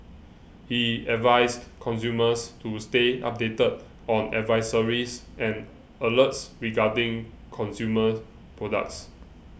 he advised consumers to stay updated on advisories and alerts regarding consumer products